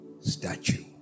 statue